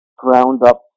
ground-up